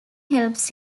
helps